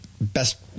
best